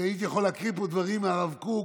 כי הייתי יכול להקריא פה דברים מהרב קוק